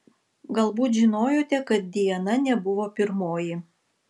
galbūt žinojote kad diana nebuvo pirmoji